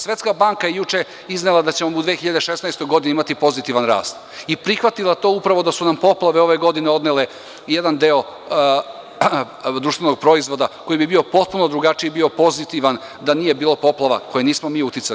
Svetska banka je juče iznela da ćemo u 2016. godini imati pozitivan rast i prihvatila to da su nam poplave ove godine odnele jedan deo društvenog proizvoda, koji bi bio potpuno drugačiji, bio pozitivan da nije bilo poplava, na šta mi nismo uticali.